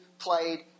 Played